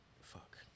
Fuck